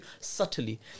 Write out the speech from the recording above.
subtly